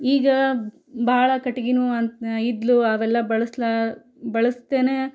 ಈಗ ಭಾಳ ಕಟ್ಟಿಗೆನೂ ಅಂ ಅ ಇದ್ದಿಲು ಅವೆಲ್ಲ ಬಳಸ್ಲಾ ಬಳಸ್ತೇನೆ